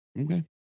Okay